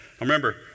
remember